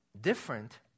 different